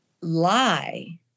lie